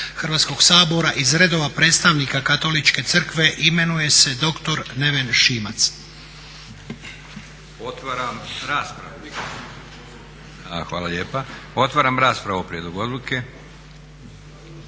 Hrvatskog sabora iz redova predstavnika Katoličke crkve imenuje se doktor Neven Šimac.